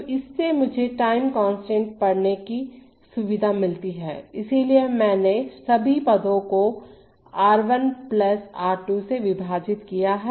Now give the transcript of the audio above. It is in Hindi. तो इससे मुझे टाइम कांस्टेंट पढ़ने की सुविधा मिलती है इसलिए मैंने सभी पदों को R 1 R 2 से विभाजित किया है